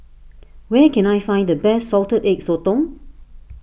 where can I find the best Salted Egg Sotong